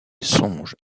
songe